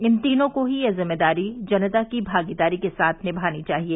इन तीनों को ही यह जिम्मेदारी जनता की भागीदारी के साथ नियानी चाहिए